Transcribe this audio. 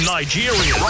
Nigeria